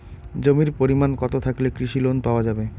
জমির পরিমাণ কতো থাকলে কৃষি লোন পাওয়া যাবে?